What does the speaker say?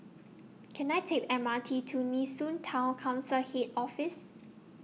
Can I Take The M R T to Nee Soon Town Council Head Office